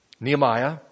Nehemiah